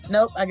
Nope